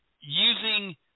using